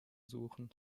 suchen